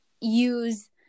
use